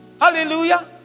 Hallelujah